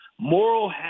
Moral